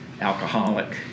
alcoholic